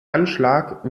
anschlag